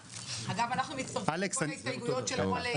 אנחנו מצטרפים לכל ההסתייגויות של כל יתר הסיעות.